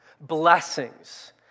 blessings